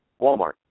Walmart